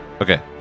Okay